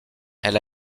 elle